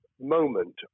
moment